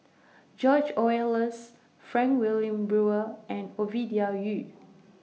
George Oehlers Frank Wilmin Brewer and Ovidia Yu